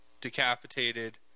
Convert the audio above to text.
decapitated